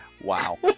Wow